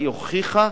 היא הוכיחה